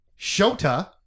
Shota